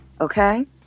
okay